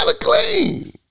clean